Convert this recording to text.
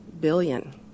billion